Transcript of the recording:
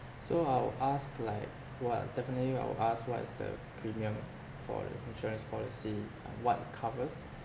so I'll ask like what definitely I will ask what is the premium for the insurance policy uh what it covers